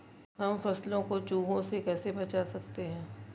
हम फसलों को चूहों से कैसे बचा सकते हैं?